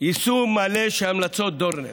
יישום מלא של המלצות דורנר.